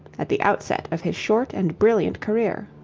at the outset of his short and brilliant career.